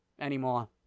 anymore